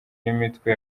n’imitwe